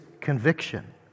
conviction